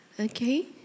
Okay